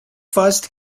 first